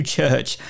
Church